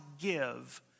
give